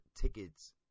tickets